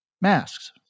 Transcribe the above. masks